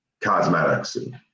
cosmetics